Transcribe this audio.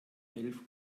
elf